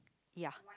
ya